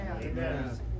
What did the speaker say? Amen